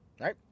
Right